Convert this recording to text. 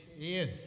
Ian